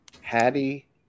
Hattie